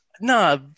No